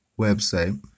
website